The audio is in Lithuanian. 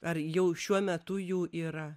ar jau šiuo metu jų yra